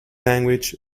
language